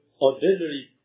ordinary